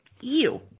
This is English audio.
Ew